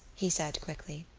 he said quickly.